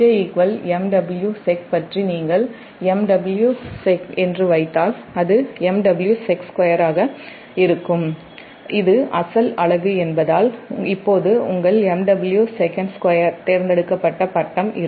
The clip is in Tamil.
MJ MW Sec பற்றி நீங்கள் MW Sec என்று வைத்தால் அது MW sec2 ஆக இருக்கும் இது அசல் அலகு என்பதால் இப்போது உங்கள் MW Sec2 தேர்ந்தெடுக்கப்பட்ட ஃபேஸ் இருக்கும்